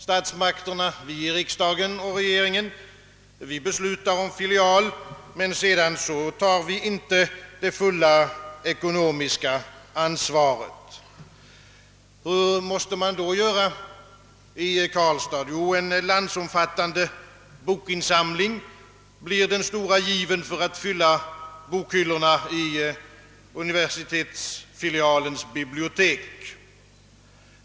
Statsmakterna — vi i riksdagen och regeringen — beslutar om en filial, men sedan tar vi inte det fullständiga ekonomiska ansvaret. Hur måste man då gå till väga i Karlstad? Jo, en landsomfattande bokinsamling blir den stora given för att fylla bokhyllorna i universitetsfilialens bibliotek.